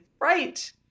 right